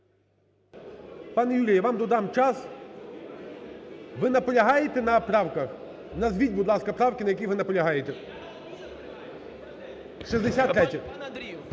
Пане Юрій, я вам додам час. Ви наполягаєте на правках? Назвіть, будь ласка, правки, на яких ви наполягаєте. 63-я.